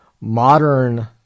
modern